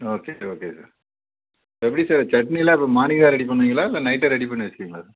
okay okay sir எப்படி sir சட்னிலாம் இப்போ மார்னிங்கா ரெடி பண்ணுவீங்களா இல்லை நைட்டே ரெடி பண்ணி வச்சிட்டீங்களா சார்